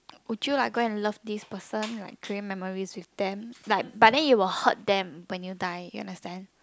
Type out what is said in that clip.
would you like go and love this person like create memories with them like but then you will hurt them when you die you understand